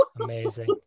Amazing